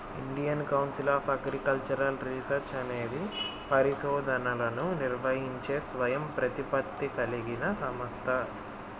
Indian council of agricultural research అనేది పరిశోధనలను నిర్వహించే స్వయం ప్రతిపత్తి కలిగిన సంస్థ